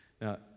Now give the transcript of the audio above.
Now